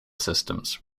systems